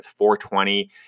420